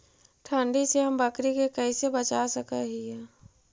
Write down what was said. ठंडी से हम बकरी के कैसे बचा सक हिय?